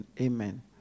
Amen